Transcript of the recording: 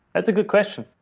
that's a good question.